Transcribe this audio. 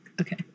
Okay